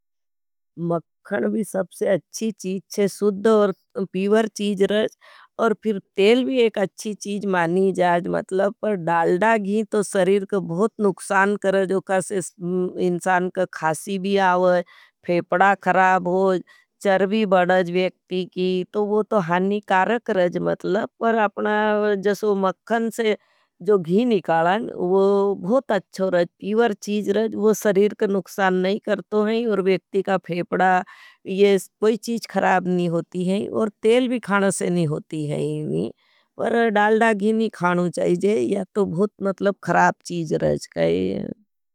मक्खन भी सबसे अच्छी चीज चे, सुद्ध और पीवर चीज रज। और फिर तेल भी एक अच्छी चीज मानी जाज मतलब। पर डाल्डा घी तो सरीर के बहुत नुक्षान करें। जो कासे इंसान के खासी भी आओ, फेपडा खराब हो। चर्वी बडज वेकती की तो वो तो हाणिकारक रज मतलब पर मक्खन से जो घी निकालान। वो बहुत अच्छो रज पीवर चीज रज, वो सरीर के नुक्षान नहीं करतो हैं और वेकती का फेपडा। ये कोई चीज खराब नहीं होती हैं और तेल भी खाना से नहीं होती हैं इनी पर डालडा घी नहीं खानो चाहिए। ये तो बहुत मतलब खराब चीज रज।